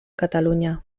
catalunya